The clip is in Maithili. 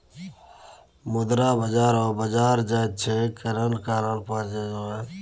मुद्रा बाजार ओ बाजार छै जतय कनेक काल लेल पाय लगाओल जाय